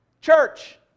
Church